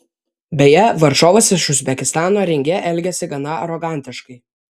beje varžovas iš uzbekistano ringe elgėsi gana arogantiškai